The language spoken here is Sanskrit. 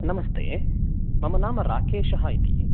नमस्ते मम नाम राकेशः इति